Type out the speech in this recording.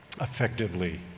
effectively